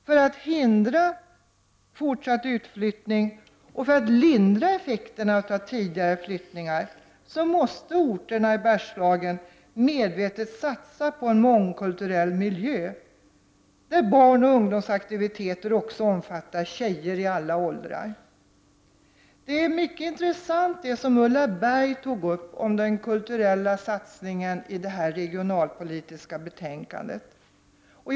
För att förhindra fortsatt utflyttning och för att lindra effekterna av tidigare utflyttningar måste orterna i Bergslagen medvetet satsa på en mångkulturell miljö, där aktiviteter för barn och ungdomsaktiviteter också omfattar tjejer i alla åldrar. Det som Ulla Berg tog upp om den kulturella satsningen i det här betänkandet om regionalpolitiken var mycket intressant.